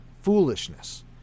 foolishness